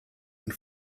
and